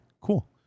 cool